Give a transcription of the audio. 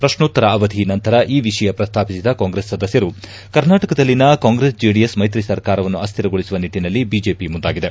ಪ್ರಶ್ನೋತ್ತರ ಅವಧಿ ನಂತರ ಈ ವಿಷಯ ಪ್ರಸ್ತಾಪಿಸಿದ ಕಾಂಗ್ರೆಸ್ ಸದಸ್ಯರು ಕರ್ನಾಟಕದಲ್ಲಿನ ಕಾಂಗ್ರೆಸ್ ಜೆಡಿಎಸ್ ಮೈತ್ರಿ ಸರ್ಕಾರವನ್ನು ಅಸ್ದಿರಗೊಳಿಸುವ ನಿಟ್ಟಿನಲ್ಲಿ ಬಿಜೆಪಿ ಮುಂದಾಗಿದೆ